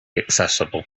accessible